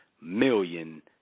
million